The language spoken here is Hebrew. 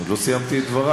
עוד לא סיימתי את דברי.